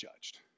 judged